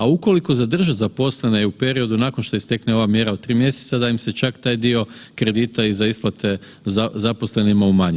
A ukoliko zadrže zaposlene i u periodu nakon što istekne ova mjera od tri mjeseca da im se čak taj dio kredita i za isplate zaposlenima umanji.